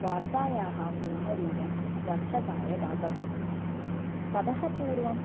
वार्तायाः पूर्णरूपं दर्शकाय दातव्यं ततः पूर्वम्